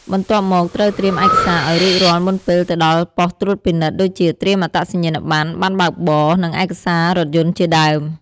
បន្ទាប់មកត្រូវត្រៀមឯកសារឲ្យរួចរាល់មុនពេលទៅដល់ប៉ុស្តិ៍ត្រួតពិនិត្យ ដូចជា ត្រៀមអត្តសញ្ញាណប័ណ្ណ បណ្ណបើកបរ និងឯកសាររថយន្ត ជាដើម។